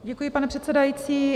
Děkuji, pane předsedající.